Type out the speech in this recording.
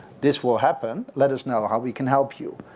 this will happen. let us know how we can help you.